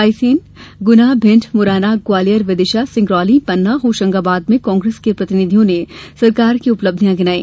रायसेन गुना भिंड मुरैना ग्वालियर विदिशा सिंगरौली पन्ना होशंगाबाद में कांग्रेस के प्रतिनिधियों ने सरकार की उपलब्धियां गिनाई